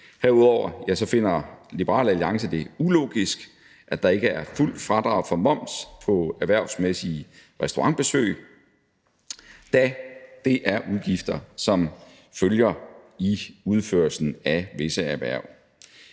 Herudover finder Liberal Alliance det ulogisk, at der ikke er fuldt fradrag for moms på erhvervsmæssige restaurationsbesøg, da det er udgifter, som følger af udførelsen af visse erhverv.